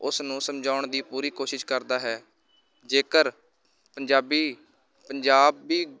ਉਸ ਨੂੰ ਸਮਝਾਉਣ ਦੀ ਪੂਰੀ ਕੋਸ਼ਿਸ਼ ਕਰਦਾ ਹੈ ਜੇਕਰ ਪੰਜਾਬੀ ਪੰਜਾਬ ਵੀ